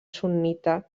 sunnita